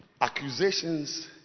accusations